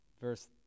Verse